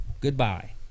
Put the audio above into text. Goodbye